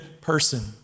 person